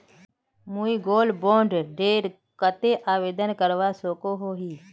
मुई gold bond डेर केते आवेदन करवा सकोहो ही?